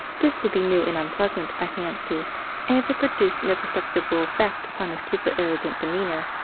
this would be new and unpleasant, i fancy and if it produced no perceptible effect upon his super-arrogant demeanour,